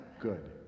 Good